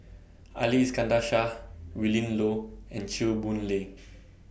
Ali Iskandar Shah Willin Low and Chew Boon Lay